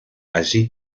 allí